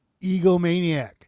egomaniac